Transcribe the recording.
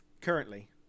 Currently